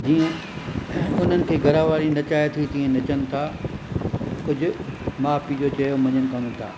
जीअं उन्हनि खे घरु वारी नचाए थी तीअं नचनि था कुझु माउ पीउ जो चइयो मञनि कोन था